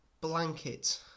blanket